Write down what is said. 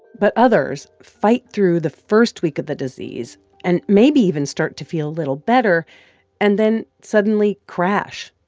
but others fight through the first week of the disease and maybe even start to feel a little better and then suddenly crash,